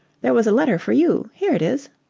there was a letter for you. here it is.